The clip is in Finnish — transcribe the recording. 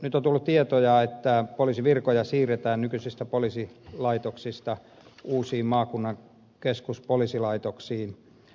nyt on tullut tietoja että poliisivirkoja siirretään nykyisistä poliisilaitoksista uusiin maakunnan keskuspoliisilaitoksiin